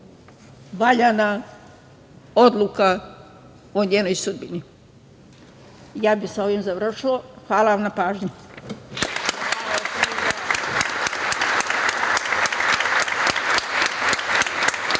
valjana odluka o njenoj sudbini. Ja bih sa ovim završila. Hvala vam na pažnji.